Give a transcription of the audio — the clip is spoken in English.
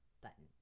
button